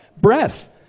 Breath